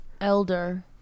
elder